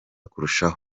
kurushaho